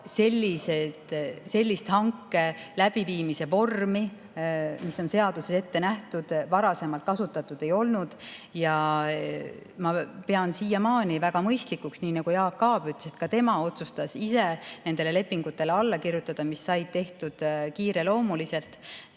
sellist hanke läbiviimise vormi, mis on [küll] seaduses ette nähtud, varasemalt kasutatud ei olnud. Ma pean siiamaani seda väga mõistlikuks. Nii nagu Jaak Aab ütles, et ka tema otsustas ise nendele lepingutele alla kirjutada, mis said tehtud kiireloomuliselt.